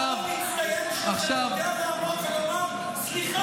השר המצטיין שלכם יודע לעמוד ולומר: סליחה,